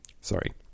Sorry